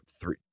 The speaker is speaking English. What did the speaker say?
three